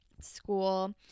school